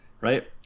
right